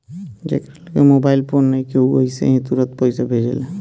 जेकरा लगे mobile phone नइखे उ अइसे ही तुरंते पईसा भेजेला